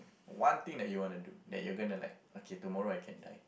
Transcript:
one thing that you wanna do that you're gonna like okay tomorrow I can die